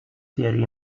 theory